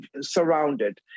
surrounded